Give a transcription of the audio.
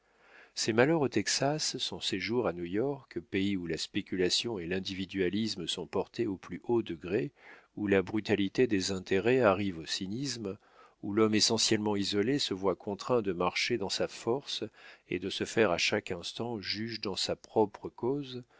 ses malheurs au texas son séjour à new-york pays où la spéculation et l'individualisme sont portés au plus haut degré où la brutalité des intérêts arrive au cynisme où l'homme essentiellement isolé se voit contraint de marcher dans sa force et de se faire à chaque instant juge dans sa propre cause